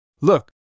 Look